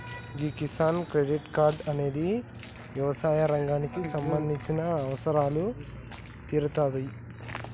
గీ Kisan credit card అనేది యవసాయ రంగానికి సంబంధించిన అవసరాలు తీరుత్తాది